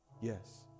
yes